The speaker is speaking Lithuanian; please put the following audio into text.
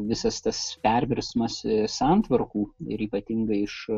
visas tas pervirsmas santvarkų ir ypatingai iš